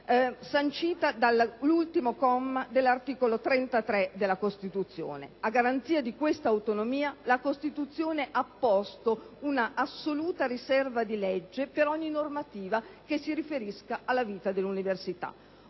sancito dall'ultimo comma dell'articolo 33 della Costituzione. A garanzia di questa autonomia, la Costituzione ha posto una assoluta riserva di legge per ogni normativa che si riferisca alla vita dell'università.